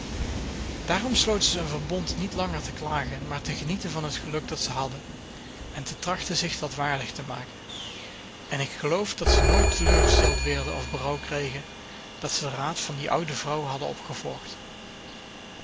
daarom sloten ze een verbond niet langer te klagen maar te genieten van het geluk dat ze hadden en te trachten zich dat waardig te maken en ik geloof dat ze nooit teleurgesteld werden of berouw kregen dat ze den raad van die oude vrouw hadden opgevolgd